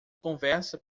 conversa